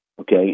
okay